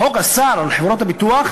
החוק אסר על חברות הביטוח,